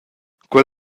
quei